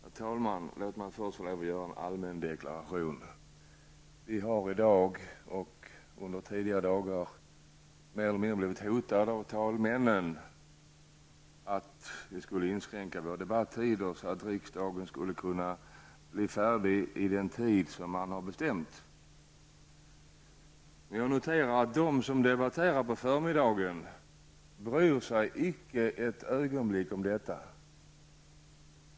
Herr talman! Låt mig först få göra en allmän deklaration. Vi har i dag och under tidigare dagar mer eller mindre blivit manade av talmännen att inskränka våra debattider för att riksmötet skall kunna avslutas som man har bestämt. Men jag noterar att de som debatterar på förmiddagen icke ett ögonblick bryr sig om detta.